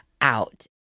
out